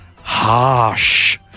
Harsh